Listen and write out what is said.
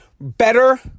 better